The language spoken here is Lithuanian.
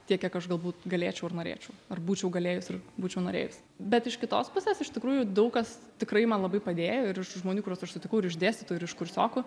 tiek kiek aš galbūt galėčiau ir norėčiau ar būčiau galėjus ir būčiau norėjus bet iš kitos pusės iš tikrųjų daug kas tikrai man labai padėjo ir iš žmonių kuriuos aš sutikau ir iš dėstytojų ir iš kursiokų